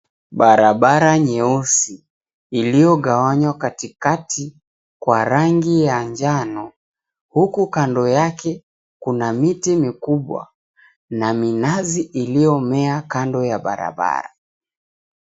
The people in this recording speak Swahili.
Bararabara nyeusi iliyogawanywa katikati kwa rangi ya njano, huku kando yake kuna miti mikubwa na minazi iliyo mea kando ya barabara.